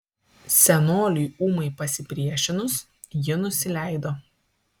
senoliui ūmai pasipriešinus ji nusileido